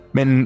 Men